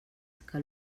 que